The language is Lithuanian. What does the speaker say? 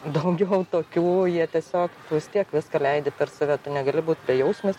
daugiau tokių jie tiesiog vis tiek viską leidi per save tu negali būt bejausmis